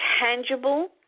tangible